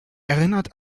erinnert